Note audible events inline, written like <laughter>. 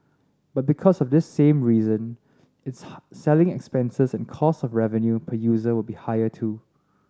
but because of this same reason its <unintelligible> selling expenses and cost of revenue per user will be higher too